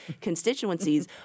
constituencies